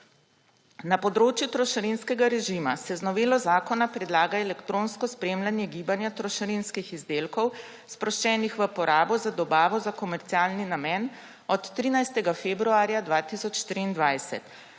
Na področju trošarinskega režima se z novelo zakona predlaga elektronsko spremljanje gibanja trošarinskih izdelkov, sproščenih v porabo za dobavo za komercialni namen, od 13. februarja 2023.